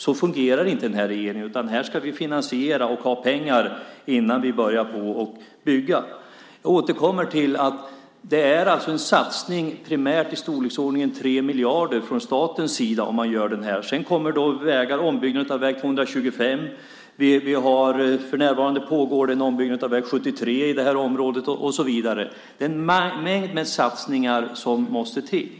Så fungerar inte den här regeringen, utan vi ska finansiera och ha pengar innan vi börjar att bygga. Jag återkommer till att det är en satsning primärt i storleksordningen 3 miljarder från statens sida om man gör det här. Sedan kommer ombyggnad av väg 225. För närvarande pågår en ombyggnad av väg 73 i det här området, och så vidare. Det är en mängd satsningar som måste till.